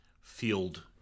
field